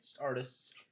artists